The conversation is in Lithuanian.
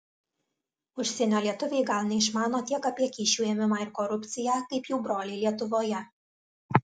užsienio lietuviai gal neišmano tiek apie kyšių ėmimą ir korupciją kaip jų broliai lietuvoje